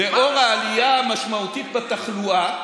לנוכח העלייה המשמעותית בתחלואה,